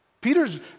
Peter's